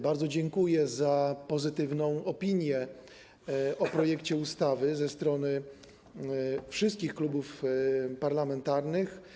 Bardzo dziękuję za pozytywną opinię o projekcie ustawy ze strony wszystkich klubów parlamentarnych.